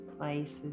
places